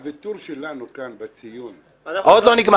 הוויתור שלנו כאן בציון --- עוד לא נגמר.